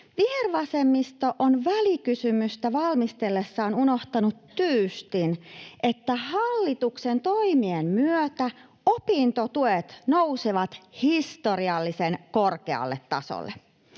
Vihervasemmisto on välikysymystä valmistellessaan unohtanut tyystin, että hallituksen toimien myötä opintotuet nousevat historiallisen korkealle tasolle.